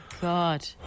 god